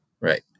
Right